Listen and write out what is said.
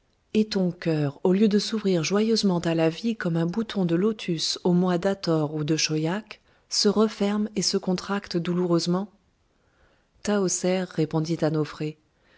et ton cœur au lieu de s'ouvrir joyeusement à la vie comme un bouton de lotus au mois d'hâthor ou de choïack se referme et se contracte douloureusement tahoser répondit à